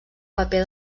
paper